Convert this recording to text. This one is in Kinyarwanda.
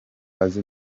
azi